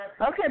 Okay